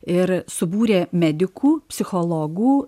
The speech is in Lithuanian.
ir subūrė medikų psichologų